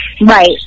right